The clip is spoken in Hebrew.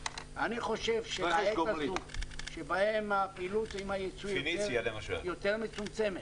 אני חושב שבעת הזו שבה פעילות הייצוא היא יותר מצומצמת,